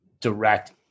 direct